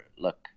look